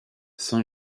saint